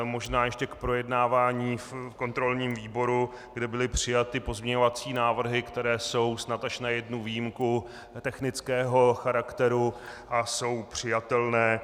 Možná ještě k projednávání v kontrolním výboru, kde byly přijaty pozměňovací návrhy, které jsou, snad až na jednu výjimku, technického charakteru a jsou přijatelné.